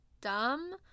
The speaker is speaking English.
dumb